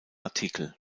artikel